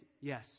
Yes